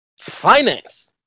finance